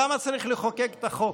למה צריך לחוקק את החוק?